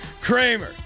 Kramer